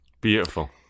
Beautiful